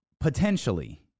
Potentially